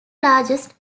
largest